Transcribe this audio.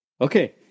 okay